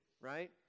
right